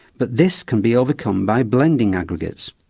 but this can be overcome by blending aggregates.